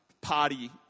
party